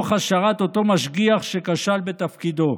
תוך השארת אותו משגיח שכשל בתפקידו,